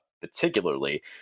particularly